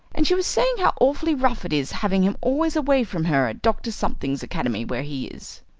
and she was saying how awfully rough it is having him always away from her at dr. something's academy where he is.